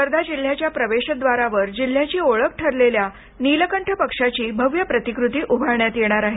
वर्धा जिल्ह्याच्या प्रवेश द्वारावर जिल्ह्याची ओळख ठरलेल्या नीलकंठ पक्षाची भव्य प्रतिकृती उभारण्यात येणार आहे